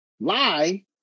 lie